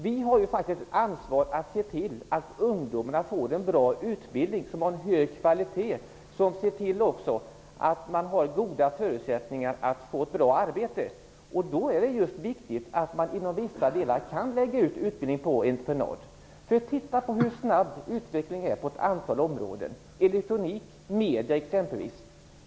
Vi alla har ansvar att se till att ungdomarna får en bra utbildning med hög kvalitet och som gör att de kan få bra arbete. Det är då viktigt att man kan lägga ut utbildning på entreprenad. Se bara hur snabb utvecklingen är på ett antal områden! Tag elektronik och media som exempel.